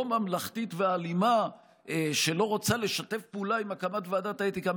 ממלכתית ואלימה שלא רוצה לשתף פעולה בהקמת ועדת האתיקה,